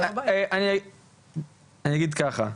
אוקיי, אני אגיד ככה.